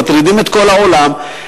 מטרידים את כל העולם,